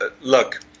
look